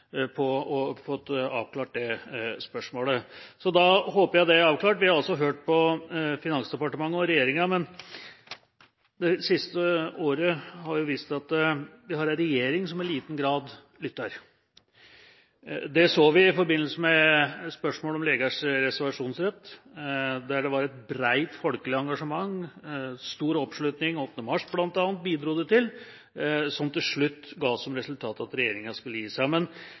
avklart. Vi har hørt på Finansdepartementet og regjeringa, men det siste året har vist at vi har en regjering som i liten grad lytter. Det så vi i forbindelse med spørsmålet om legers reservasjonsrett, som det var et bredt folkelig engasjement om. Det bidro bl.a. til stor oppslutning om 8. mars. Dette ga til slutt som resultat at regjeringa ga seg. Nå bekymrer det meg at regjeringa